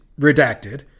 redacted